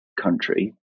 country